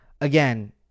Again